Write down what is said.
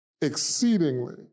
exceedingly